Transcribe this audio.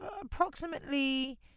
approximately